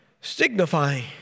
signifying